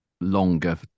longer